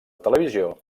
televisió